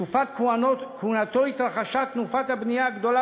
ובתקופת כהונתו התרחשה תנופת הבנייה הגדולה